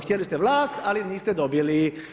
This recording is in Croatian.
Htjeli ste vlast, ali niste dobili.